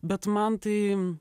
bet man tai